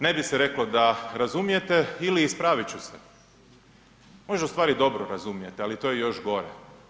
Ne bi se reklo da razumijete ili ispravit ću se, možda ustvari dobro razumijete, ali to je još gore.